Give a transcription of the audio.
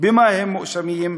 במה הם מואשמים,